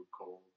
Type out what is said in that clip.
cold